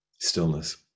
stillness